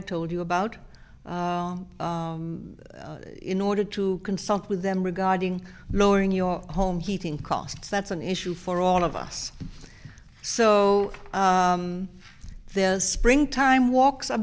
i told you about in order to consult with them regarding lowering your home heating costs that's an issue for all of us so there's spring time walks